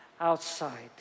outside